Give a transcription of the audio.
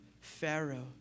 Pharaoh